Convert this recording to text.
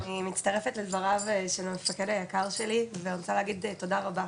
קודם כל אני מצטרפת לדבריו של המפקד היקר שלי ואני רוצה להגיד תודה רבה,